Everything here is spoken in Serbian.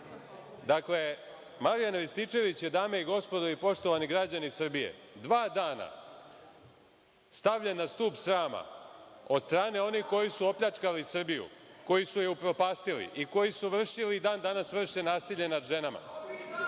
Marijan Rističević je, dame i gospodo i poštovani građani Srbije, dva dana stavljen na stub srama od strane onih koji su opljačkali Srbiju, koji su je upropastili i koji su vršili i dan danas vrše nasilje nad ženama,